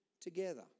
together